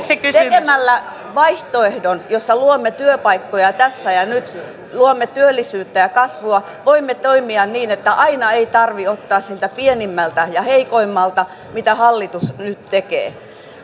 tekemällä vaihtoehdon jossa luomme työpaikkoja tässä ja nyt luomme työllisyyttä ja kasvua voimme toimia niin että aina ei tarvitse ottaa siltä pienimmältä ja heikoimmalta mitä hallitus nyt tekee